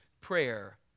prayer